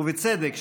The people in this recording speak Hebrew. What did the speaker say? ובצדק,